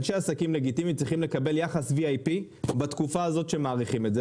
אנשי עסקים לגיטימיים צריכים יחס וי.איי.פי בתקופה הזאת שמאריכים את זה.